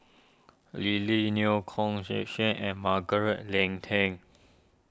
Lily Neo Kok and Margaret Leng Tan